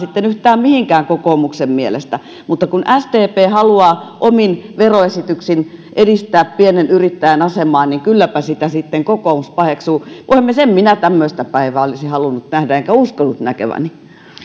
yhtään mihinkään kokoomuksen mielestä mutta kun sdp haluaa omin veroesityksin edistää pienen yrittäjän asemaa niin kylläpä sitä sitten kokoomus paheksuu puhemies en minä tämmöistä päivää olisi halunnut nähdä enkä uskonut näkeväni